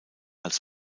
als